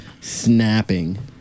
Snapping